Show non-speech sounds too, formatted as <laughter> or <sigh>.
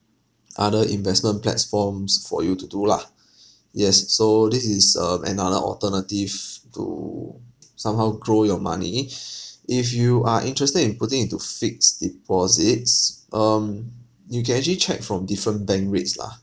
<noise> other investment platforms for you to do lah yes so this is um another alternative to somehow grow your money if you are interested in putting into fixed deposits um you can actually check from different bank rates lah